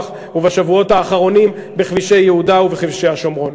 ובשבועות האחרונים בכבישי יהודה ובכבישי השומרון.